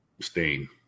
stain